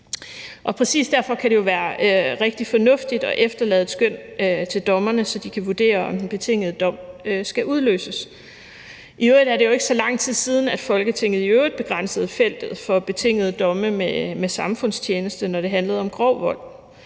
Præcis derfor kan det jo være rigtig fornuftigt at efterlade et skøn til dommerne, så de kan vurdere, om den betingede dom skal udløses. I øvrigt er det jo ikke så lang tid siden, at Folketinget i øvrigt begrænsede feltet af betingede domme med samfundstjeneste, når det handlede om grov vold.